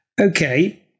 Okay